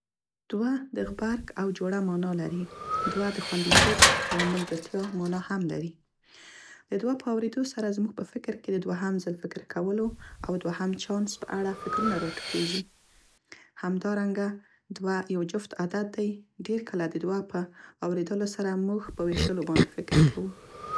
دوه د غبرګ او جوړه معنا لري، دوه د خوندیتوب او ملګرتیا معنا هم لري. د دوه په اوریدو سره زموږ په فکر کې د دوهم ځل فکر کولو او دوهم چانس په اړه فکرونه راټوکیږي. همدارنګه دوه یو جفت عدد دی، ډير کله د دوه په اوریدلو سره موږ په ویشلو باندې فکر کوو.